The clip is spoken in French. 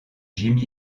jimi